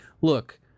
Look